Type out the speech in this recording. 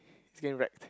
skin wrapped